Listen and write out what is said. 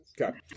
Okay